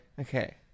Okay